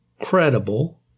credible